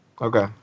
Okay